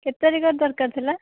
କେତେ ତାରିଖରେ ଦରକାର୍ ଥିଲା